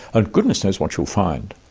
and goodness knows what you'll find.